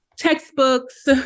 textbooks